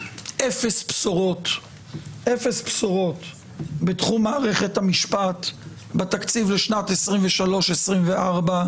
אפס בשורות בתחום מערכת המשפט בתקציב לשנת 2023-2024,